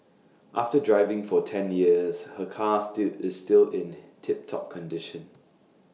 after driving for ten years her car ii is still in tip top condition